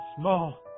small